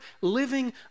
living